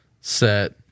set